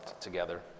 together